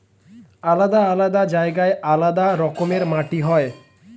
আলাদা আলাদা জায়গায় আলাদা রকমের মাটি হয়